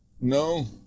No